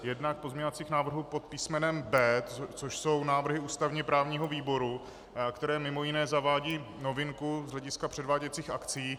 Jednak pozměňovacích návrhů pod písmenem B, což jsou návrhy ústavněprávního výboru, které mimo jiné zavádějí novinku z hlediska předváděcích akcí.